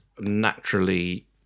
naturally